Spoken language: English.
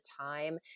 time